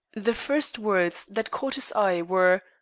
the first words that caught his eye were,